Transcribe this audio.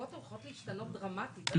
הבדיקות הולכות להשתנות דרמטית,